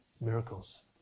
miracles